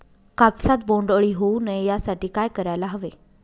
कापसात बोंडअळी होऊ नये यासाठी काय करायला हवे?